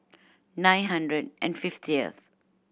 nine hundred and fiftieth